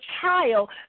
child